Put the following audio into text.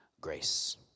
grace